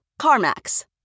CarMax